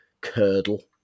curdle